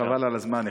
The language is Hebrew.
חבל על הזמן,